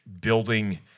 building